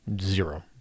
Zero